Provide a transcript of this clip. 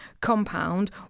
compound